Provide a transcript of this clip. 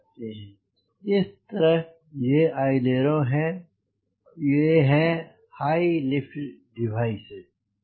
इस तरह ये हैं अइलेरों और ये हैं हाई लिफ्ट डिवाइसेज